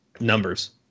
numbers